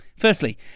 Firstly